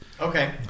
Okay